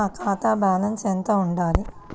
నా ఖాతా బ్యాలెన్స్ ఎంత ఉండాలి?